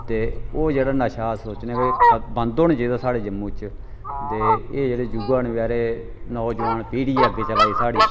ते ओह् जेह्ड़ा नशा अस सोचने आं कि बंद होना चाहिदा साढ़े जम्मू च ते एह् जेह्ड़े युवा न बचैरे नौजोआन पीढ़ी ऐ अग्गें चलै दी साढ़ी